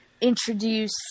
introduce